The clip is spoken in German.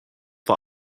vor